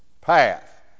path